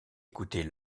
écouter